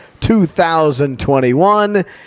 2021